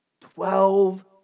Twelve